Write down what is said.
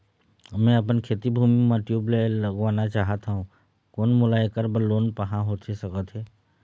मैं अपन खेती भूमि म ट्यूबवेल लगवाना चाहत हाव, कोन मोला ऐकर बर लोन पाहां होथे सकत हे?